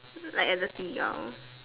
like at the seagull